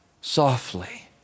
softly